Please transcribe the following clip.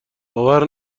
باور